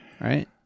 right